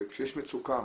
וכשיש מצוקה,